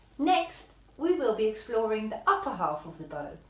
next we will be exploring the upper half of the bow,